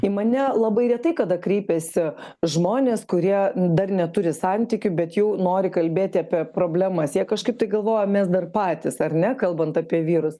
į mane labai retai kada kreipiasi žmonės kurie dar neturi santykių bet jau nori kalbėti apie problemas jie kažkaip tai galvoja mes dar patys ar ne kalbant apie vyrus